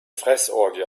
fressorgie